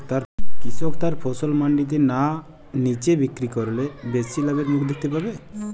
কৃষক তার ফসল মান্ডিতে না নিজে বিক্রি করলে বেশি লাভের মুখ দেখতে পাবে?